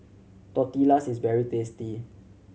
tortillas is very tasty